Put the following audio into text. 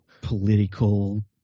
political